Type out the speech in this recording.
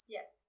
Yes